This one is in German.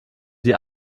die